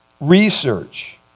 research